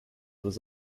was